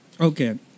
Okay